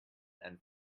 and